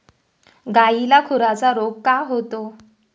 गायीला खुराचा रोग का होतो?